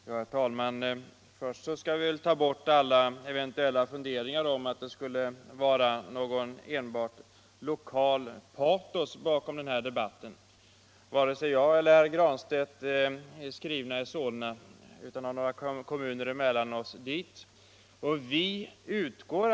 Herr talman! Först skall vi vederlägga alla eventuella funderingar om att det skulle vara något enbart lokalt patos bakom denna debatt. Varken jag eller herr Granstedt är skrivna i Solna. Vi har båda några kommuner mellan våra hemkommuner och Solna.